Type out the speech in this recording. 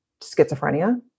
schizophrenia